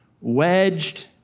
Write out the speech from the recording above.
wedged